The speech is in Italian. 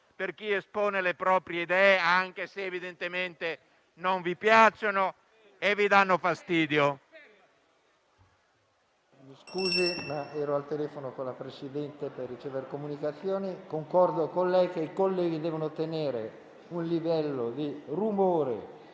per chi espone le proprie idee, anche se evidentemente non vi piacciono e vi danno fastidio. *(Commenti).* PRESIDENTE. Mi scusi, ma ero al telefono con la Presidente per ricevere comunicazioni. Concordo con lei che i colleghi debbano tenere un livello di rumore